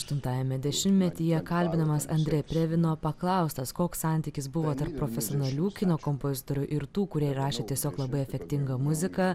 aštuntajame dešimtmetyje kalbinamas andre previno paklaustas koks santykis buvo tarp profesionalių kino kompozitorių ir tų kurie rašė tiesiog labai efektingą muziką